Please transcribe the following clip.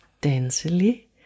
densely